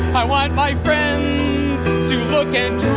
i want my friends to look and